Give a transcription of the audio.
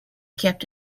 kept